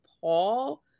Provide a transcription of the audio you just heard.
Paul